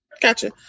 Gotcha